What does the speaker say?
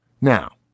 Now